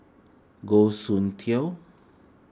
Goh Soon Tioe